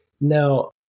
Now